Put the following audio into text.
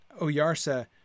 Oyarsa